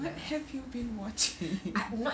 what have you been watching